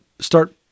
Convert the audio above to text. start